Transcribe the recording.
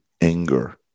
anger